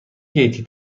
گیتی